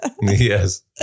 Yes